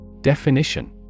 Definition